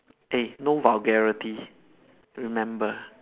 eh no vulgarity remember